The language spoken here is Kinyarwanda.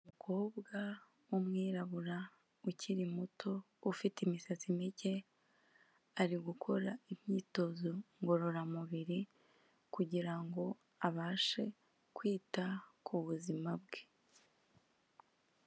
Umukobwa w'umwirabura ukiri muto ufite imisatsi mike, ari gukora imyitozo ngororamubiri kugira ngo abashe kwita ku buzima bwe.